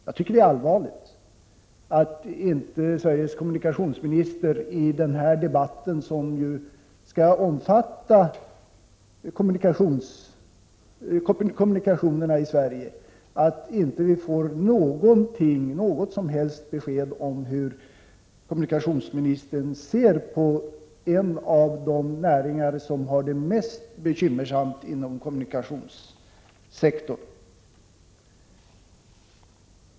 Jag tycker det är allvarligt att Sverige kommunikationsminister i den här debatten, som ju skall omfatta kommunikationerna i Sverige, inte ger något som helst besked om hur han ser på en av de näringar som har det mest bekymmersamt inom kommunikationssektorn.